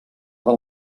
del